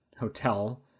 hotel